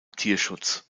tierschutz